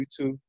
youtube